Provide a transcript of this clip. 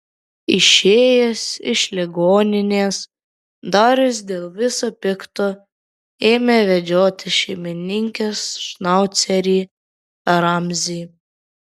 išėjęs iš ligoninės darius dėl viso pikto ėmė vedžiotis šeimininkės šnaucerį ramzį